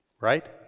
Right